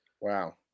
Wow